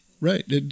right